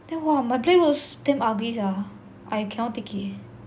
then !wah! my black roots damn ugly sia I cannot take it